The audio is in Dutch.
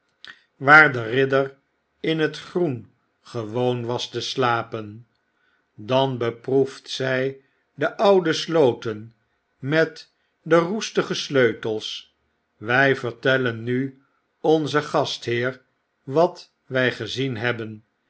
waar de ridder in t groen gewoon was te slapen dan beproefd z de oude sloten met de roestige sleutels wy vertellen nu onzen gastheer wat wy gezien hebben